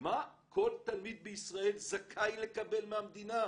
מה כל תלמיד בישראל זכאי לקבל מהמדינה,